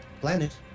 planet